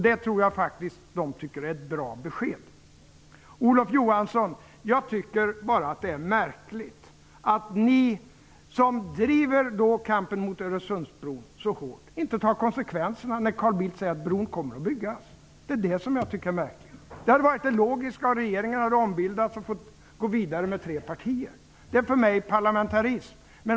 Detta tror jag faktiskt att de tycker är ett bra besked. Olof Johansson! Jag tycker att det är märkligt att ni som driver kampen mot Öresundsbron så hårt inte tar konsekvenserna när Carl Bildt säger att bron kommer att byggas. Det är det jag tycker är märkligt. Det hade varit det logiska, och regeringen hade då ombildats och fått gå vidare med tre partier. Det är för mig parlamentarism.